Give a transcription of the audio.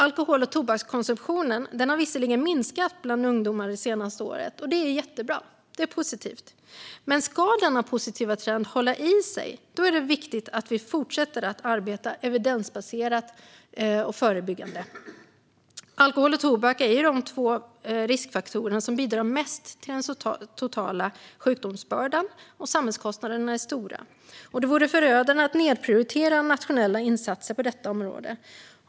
Alkohol och tobakskonsumtionen har visserligen minskat bland ungdomar under det senaste året, och det är jättebra - det är positivt! Men ska denna positiva trend hålla i sig är det viktigt att vi fortsätter att arbeta evidensbaserat och förebyggande. Alkohol och tobak är de två riskfaktorer som bidrar mest till den totala sjukdomsbördan, och samhällskostnaderna är stora. Det vore förödande att nedprioritera nationella insatser på detta område.